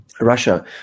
Russia